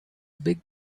big